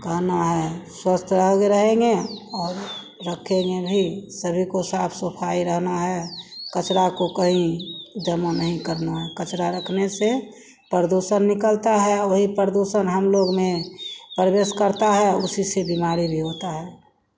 कहना है स्वस्थ रहोगे रहेंगे और रखेंगे भी सभी को साफ़ सफ़ाई रहना है क़चरा को कहीं जमा नहीं करना है क़चरा रखने से प्रदूषण निकलता है और वही प्रदूषण हमलोग में प्रवेश करता है और उसी से बीमारी भी होती है